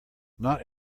not